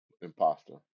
imposter